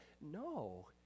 No